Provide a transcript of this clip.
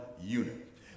unit